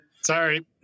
Sorry